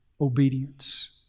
obedience